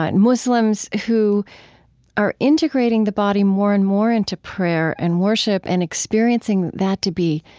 ah and muslims, who are integrating the body more and more into prayer and worship and experiencing that to be,